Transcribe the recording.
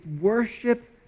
worship